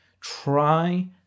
Try